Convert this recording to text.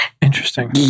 Interesting